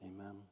amen